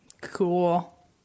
Cool